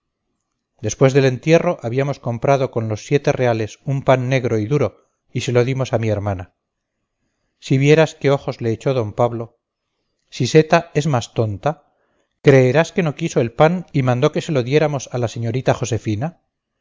después del entierro habíamos comprado con los siete reales un pan negro y duro y se lo dimos a mi hermana si vieras qué ojos le echó d pablo siseta es más tonta creerás que no quiso el pan y mandó que se lo diéramos a la señorita josefina